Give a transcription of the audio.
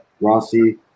Rossi